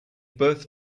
birth